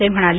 ते म्हणाले